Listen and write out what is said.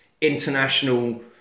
international